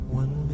one